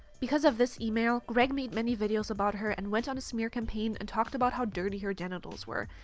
because of this email, greg made many videos about her and went on a smear campaign and talked about how dirty her genitals were,